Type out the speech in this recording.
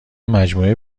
مجموعه